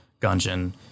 gungeon